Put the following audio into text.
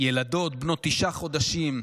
לילדות בנות תשעה חודשים,